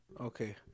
Okay